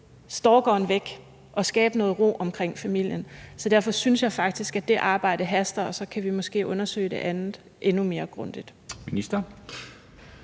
stalkeren væk og skabe noget ro omkring familien. Så derfor synes jeg faktisk, at det arbejde haster, og så kan vi måske undersøge det andet endnu mere grundigt.